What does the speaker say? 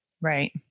right